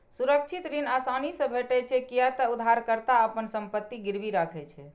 सुरक्षित ऋण आसानी से भेटै छै, कियै ते उधारकर्ता अपन संपत्ति गिरवी राखै छै